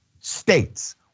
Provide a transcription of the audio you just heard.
states